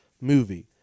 movie